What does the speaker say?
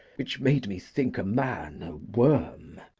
which made me think a man a worm.